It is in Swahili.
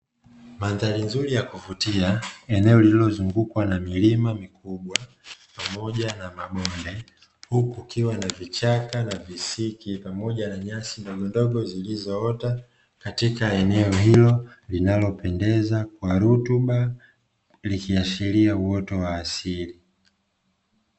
Mandhari nzuri ya kuvutia, eneo lililozungukwa na milima mikubwa pamoja na mabonde, huku kukiwa na vichaka na visiki pamoja na nyasi ndogondogo zilizoota katika eneo hilo, lililopendeza kwa rutuba, likiashiria uoto wa asili.